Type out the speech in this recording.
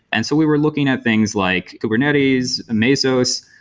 and so we were looking at things like kubernetes, mesos.